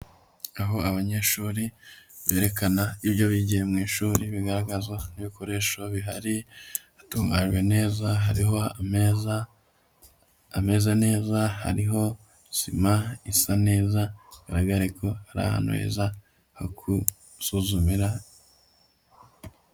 Aho abanyeshuri berekana ibyo bigiye mu ishuri bigaragazwa n'ibikoresho bihari, batunganyijwe neza, hariho ameza ameze neza, hariho sima isa neza, bagaragare ko ari ahantu heza ho gusuzumira.